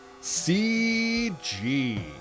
CG